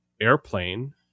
airplane